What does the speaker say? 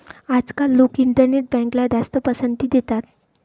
आजकाल लोक इंटरनेट बँकला जास्त पसंती देतात